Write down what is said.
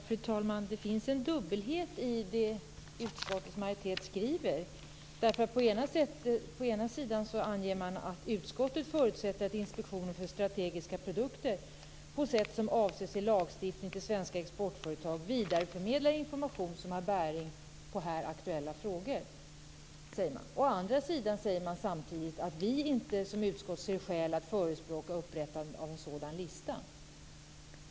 Fru talman! Det finns en dubbelhet i utskottsmajoriteten skrivning. Å ena sidan anger man att utskottet förutsätter att Inspektionen för strategiska produkter på sätt som avses i lagstiftningen till svenska exportföretag vidareförmedlar information som har bäring på här aktuella frågor. Å andra sidan säger man att utskottet inte ser skäl att förespråka upprättande av en sådan lista.